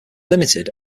limited